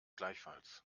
gleichfalls